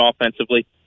offensively